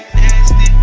nasty